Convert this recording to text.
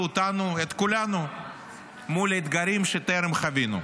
את כולנו מול אתגרים שטרם חווינו.